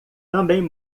também